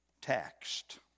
taxed